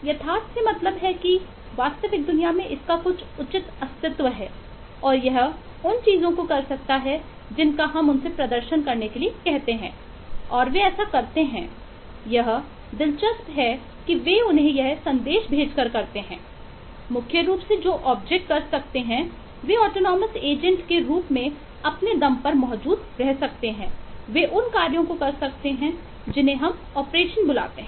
यथार्थ से मतलब है कि वास्तविक दुनिया में इसका कुछ उचित अस्तित्व है और यह उन चीजों को कर सकता है जिनका हम उनसे प्रदर्शन करने के लिए कहते हैं और वे ऐसा करते हैं यह दिलचस्प है कि वे उन्हें यह संदेश भेजकर करते हैं मुख्य रूप से जो ऑब्जेक्ट बुलाते हैं